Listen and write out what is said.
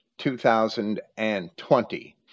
2020